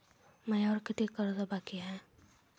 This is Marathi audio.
मायावर कितीक कर्ज बाकी हाय?